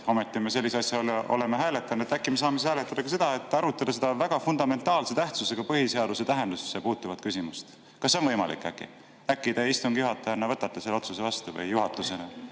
ometi me sellise asja üle oleme hääletanud. Äkki me saame siis hääletada ka seda, et arutada seda väga fundamentaalse tähtsusega põhiseaduse tähendusesse puutuvat küsimust? Kas see on äkki võimalik? Äkki te istungi juhatajana võtate selle otsuse vastu või teeb seda